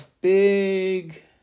big